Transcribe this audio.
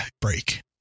break